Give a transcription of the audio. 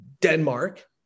Denmark